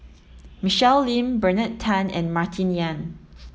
Michelle Lim Bernard Tan and Martin Yan